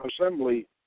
assembly